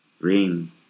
rain